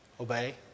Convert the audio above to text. obey